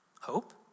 Hope